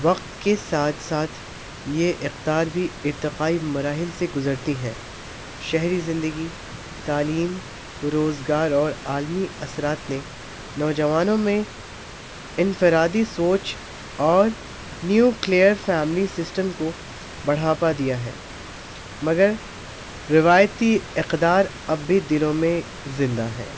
وقت کے ساتھ ساتھ یہ اقدار بھی ارتقائییب مراحل سے گزرتی ہیں شہری زندگی تعلیم روزگار اور عالمی اثرات نے نوجوانوں میں انفرادی سوچ اور نیو کلیئر فیملی سسٹم کو بڑھاپا دیا ہے مگر روایتی اقدار اب بھی دلوں میں زندہ ہے